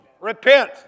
repent